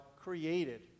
created